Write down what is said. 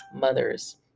mothers